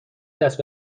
دست